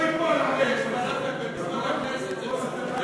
רק לא ליפול עלינו, יש פלאפל במזנון הכנסת,